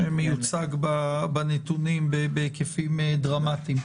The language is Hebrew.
שמיוצג בנתונים בהיקפים דרמטיים.